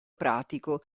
pratico